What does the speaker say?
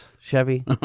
Chevy